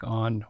on